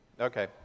Okay